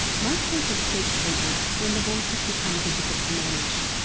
most people seek treatment when the voices become difficult to manage.